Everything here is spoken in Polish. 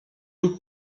ruch